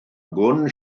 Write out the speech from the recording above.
gwn